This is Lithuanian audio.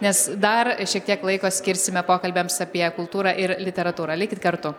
nes dar šiek tiek laiko skirsime pokalbiams apie kultūrą ir literatūrą likit kartu